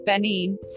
Benin